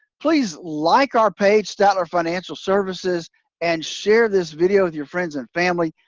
please like our page statler financial services and share this video with your friends and family.